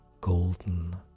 golden